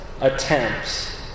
attempts